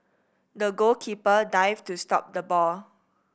the goalkeeper dived to stop the ball